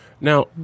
Now